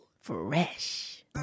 Fresh